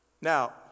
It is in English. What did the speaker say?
Now